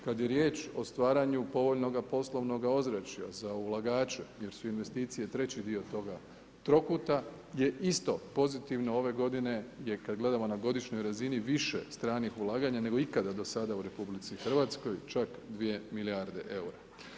Kada je riječ o stvaranju povoljnoga poslovnoga ozračja za ulagače jer su investicije treći dio toga trokuta je isto pozitivno, ove godine je kada gledamo na godišnjoj razini više stranih ulaganja nego ikada do sada u RH čak 2 milijarde eura.